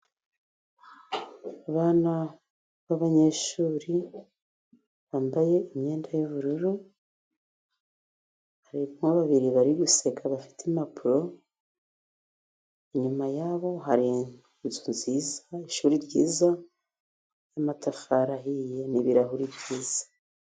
Abana b'abanyeshuri bambaye imyenda y'ubururu, harimo babiri bari guseka bafite impapuro. Inyuma yabo hari inzu nziza, ishuri ryiza ry’amatafari ahiye n’ibirahuri byiza.